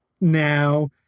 now